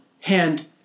hand